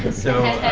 but so